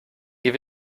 ihr